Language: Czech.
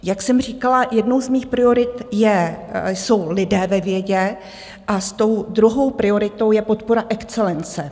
Jak jsem říkala, jednou z mých priorit jsou lidé ve vědě a tou druhou prioritou je podpora excelence.